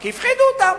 כי הפחידו אותם: